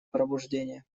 пробуждение